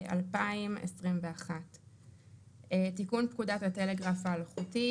2021. תיקון פקודת הטלגרף האלחוטי,